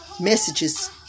messages